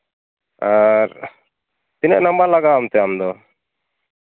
ᱟᱨ ᱛᱤᱱᱟᱹᱜ ᱱᱟᱢᱵᱟᱨ ᱞᱟᱜᱟᱣᱟᱢᱛᱮ ᱟᱢ ᱫᱚ